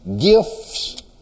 gifts